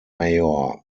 mayor